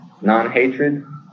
Non-hatred